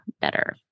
better